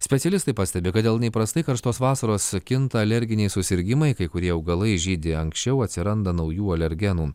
specialistai pastebi kad dėl neįprastai karštos vasaros kinta alerginiai susirgimai kai kurie augalai žydi anksčiau atsiranda naujų alergenų